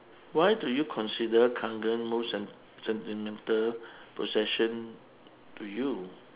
why do you consider kangen most sent~ sentimental possession to you